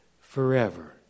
forever